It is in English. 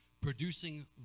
producing